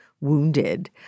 Wounded